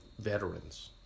veterans